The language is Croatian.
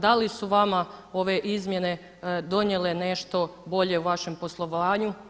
Da li su vama ove izmjene donijele nešto bolje u vašem poslovanju?